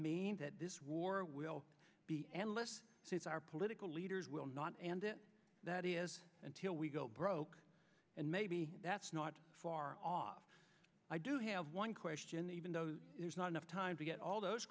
mean that this war will be endless since our political leaders will not and it that is until we go broke and maybe that's not far off i do have one question that even though it is not enough time to get all those